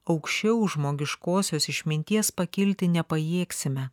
aukščiau žmogiškosios išminties pakilti nepajėgsime